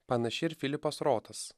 panašiai ir filipas rotas